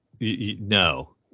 no